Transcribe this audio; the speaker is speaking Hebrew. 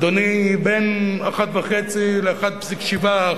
אדוני, הם בין 1.5 ל-1.7%.